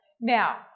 Now